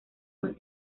más